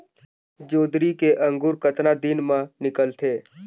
जोंदरी के अंकुर कतना दिन मां निकलथे?